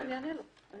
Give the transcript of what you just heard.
אני אענה לו.